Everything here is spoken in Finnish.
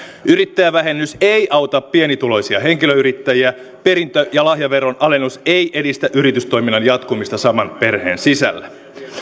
yrittäjävähennys ei auta pienituloisia henkilöyrittäjiä perintö ja lahjaveron alennus ei edistä yritystoiminnan jatkumista saman perheen sisällä